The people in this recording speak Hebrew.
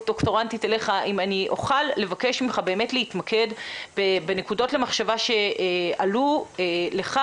האם אני אוכל לבקש ממך באמת להתמקד בנקודות למחשבה שעלו לך,